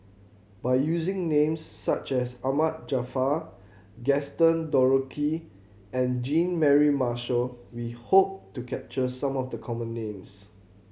by using names such as Ahmad Jaafar Gaston Dutronquoy and Jean Mary Marshall we hope to capture some of the common names